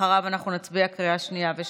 אחריו נצביע בקריאה שנייה ושלישית.